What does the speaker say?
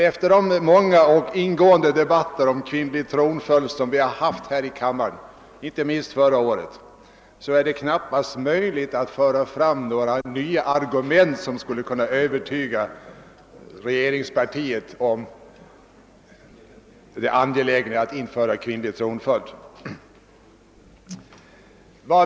Efter de många och ingående debatter som förekommit här i kammaren om kvinnlig tronföljd, inte minst förra året, är det knappast möjligt att föra fram några nya argument som skulle kunna övertyga regeringspartiet om det angelägna i att införa kvinnlig tronföljd.